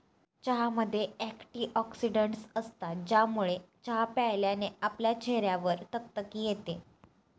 चहामध्ये अँटीऑक्सिडन्टस असतात, ज्यामुळे चहा प्यायल्याने आपल्या चेहऱ्यावर तकतकी येते